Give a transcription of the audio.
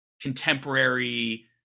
contemporary